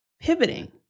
pivoting